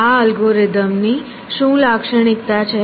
આ અલ્ગોરિથમ ની શું લાક્ષણિકતા છે